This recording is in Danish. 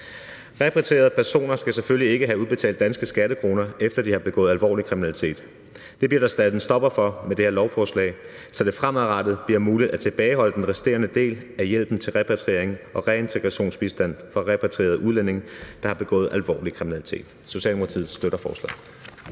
Repatrierede personer skal selvfølgelig ikke have udbetalt danske skattekroner, efter de har begået alvorlig kriminalitet. Det bliver der sat en stopper for med det her lovforslag, så det fremadrettet bliver muligt at tilbageholde den resterende del af hjælpen til repatriering og reintegrationsbistand for repatrierede udlændinge, der har begået alvorlig kriminalitet. Socialdemokratiet støtter forslaget.